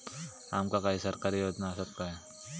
आमका काही सरकारी योजना आसत काय?